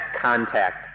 contact